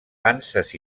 panses